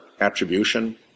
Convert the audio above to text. attribution